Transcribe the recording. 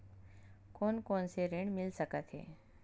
कोन कोन से ऋण मिल सकत हे?